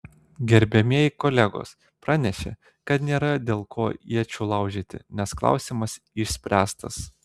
gerbiamieji kolegos pranešė kad nėra dėl ko iečių laužyti nes klausimas išspręstas